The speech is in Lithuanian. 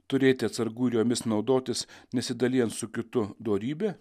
turėti atsargų ir jomis naudotis nesidalijant su kitu dorybė